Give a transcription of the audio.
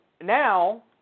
now